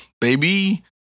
baby